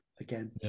Again